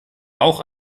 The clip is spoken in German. auch